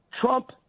Trump